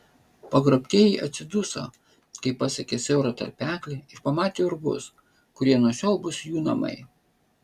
pagrobtieji atsiduso kai pasiekė siaurą tarpeklį ir pamatė urvus kurie nuo šiol bus jų namai